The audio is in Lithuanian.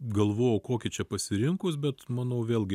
galvojau kokį čia pasirinkus bet manau vėlgi